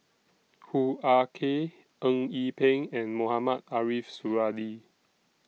Hoo Ah Kay Eng Yee Peng and Mohamed Ariff Suradi